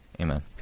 amen